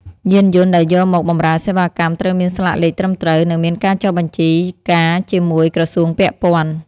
យានយន្តដែលយកមកបម្រើសេវាកម្មត្រូវមានស្លាកលេខត្រឹមត្រូវ និងមានការចុះបញ្ជីការជាមួយក្រសួងពាក់ព័ន្ធ។